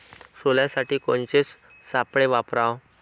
सोल्यासाठी कोनचे सापळे वापराव?